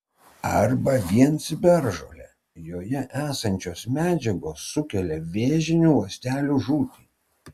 arba vien ciberžole joje esančios medžiagos sukelia vėžinių ląstelių žūtį